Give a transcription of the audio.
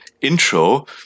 intro